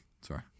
Sorry